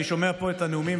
אני שומע פה את הנאומים,